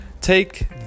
Take